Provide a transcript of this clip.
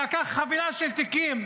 שלקח חבילה של תיקים,